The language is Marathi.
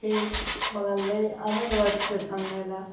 हे मला लई आनंद वाटत आहे सांगायला